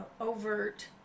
overt